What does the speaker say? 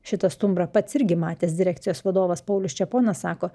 šitą stumbrą pats irgi matęs direkcijos vadovas paulius čeponas sako